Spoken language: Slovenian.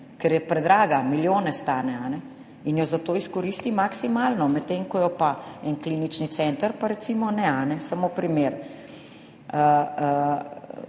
ker je predraga, milijone stane in jo zato izkoristi maksimalno. Medtem ko je en klinični center pa recimo ne. Samo primer